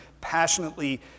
passionately